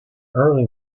early